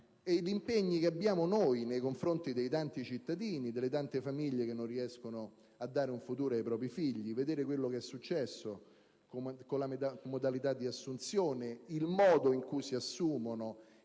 agli impegni che abbiamo nei confronti dei tanti cittadini e delle tante famiglie che non riescono a dare un futuro ai propri figli, e pensiamo a quello che è successo, alle modalità di assunzione, ai ruoli che tanta